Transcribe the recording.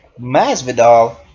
Masvidal